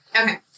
Okay